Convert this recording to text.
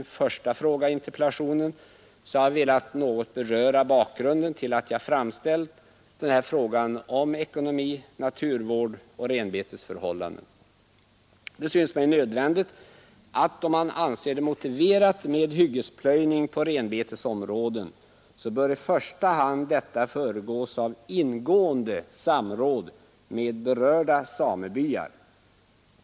följderna av hyggesplöjning första fråga i interpellationen har jag velat beröra bakgrunden till att jag framställt den här frågan om ekonomin, naturvård och renbetesförhållanden. Om man anser det motiverat med hyggesplöjning på renbetesområden synes det mig nödvändigt att den i första hand föregås av ingående samråd med berörda samebyar.